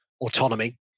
autonomy